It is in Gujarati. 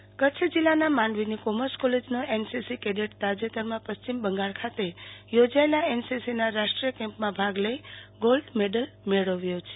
કેડેટ્સ કચ્છ જિલ્લાના માંડવીની કોમર્સ કોલેજના એનસીસી કેડેટ તાજેતરમાં પશ્ચિમ બંગાળ ખાતે યોજાયેલ એનસીસીના રાષ્ટ્રીય કેમ્પમાં ભાગ લઈ ગોલ્ડ મેડલ મેળવ્યો છે